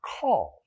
called